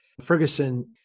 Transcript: Ferguson